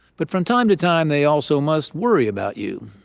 but from time to time, they also must worry about you.